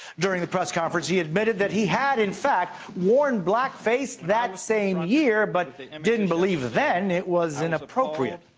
during the press conference he admitted that he had in fact worn blackface that same year, but um didn't believe then it was inappropriate.